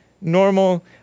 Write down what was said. normal